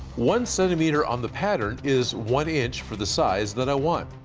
one centimeter on the pattern is one inch for the size that i want.